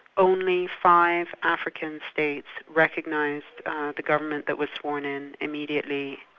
only five african states recognised the government that was sworn in immediately,